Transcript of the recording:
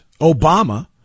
Obama